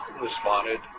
responded